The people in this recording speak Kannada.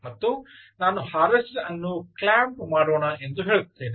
ಮತ್ತು ನಾನು ಹಾರ್ವೆಸ್ಟರ್ ಅನ್ನು ಕ್ಲ್ಯಾಂಪ್ ಮಾಡೋಣ ಎಂದು ಹೇಳುತ್ತೇನೆ